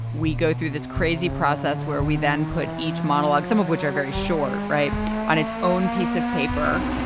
we go through this crazy process where we then put each monologue, some of which are very short. right on its own piece of paper.